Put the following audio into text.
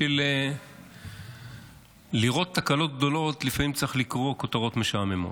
בשביל לראות תקלות גדולות לפעמים צריך לקרוא כותרות משעממות.